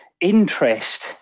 interest